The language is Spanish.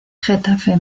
getafe